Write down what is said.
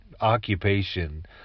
occupation